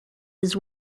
his